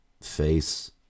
face